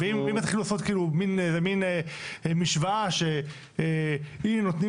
אם יתחילו לעשות מן משוואה שאם נותנים